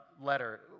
letter